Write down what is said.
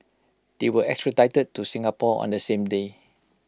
they were extradited to Singapore on the same day